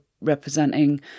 Representing